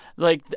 like,